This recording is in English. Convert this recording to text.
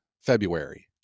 February